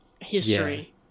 history